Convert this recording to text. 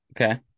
Okay